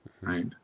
right